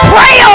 Pray